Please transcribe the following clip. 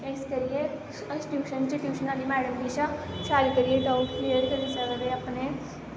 इस करियै अस टयूशन च टयुशन आह्ली मैड़म कशा शैल करियै डाऊट कले्यर करी सकदे अपने